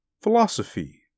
Philosophy